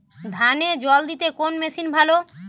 ধানে জল দিতে কোন মেশিন ভালো?